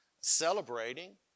celebrating